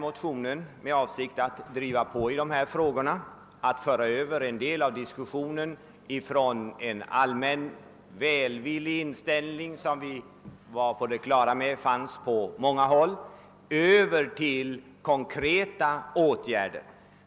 Motionen väcktes i avsikt att driva på dessa frågor och föra över en del av diskussionen från en allmänt välvillig inställning, som vi var på det klara med fanns på många håll, till konkreta åtgärder.